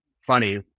funny